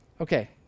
Okay